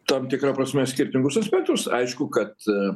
tam tikra prasme skirtingus aspektus aišku kad